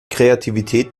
kreativität